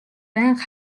байнга